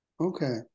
okay